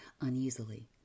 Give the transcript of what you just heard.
uneasily